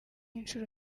inshuro